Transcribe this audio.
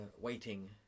waiting